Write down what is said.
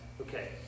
okay